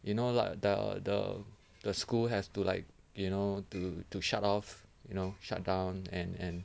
you know like the the the school has to like you know to to shut off you know shut down and and